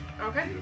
Okay